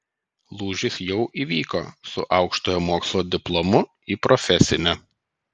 lūžis jau įvyko su aukštojo mokslo diplomu į profesinę